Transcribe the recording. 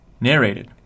Narrated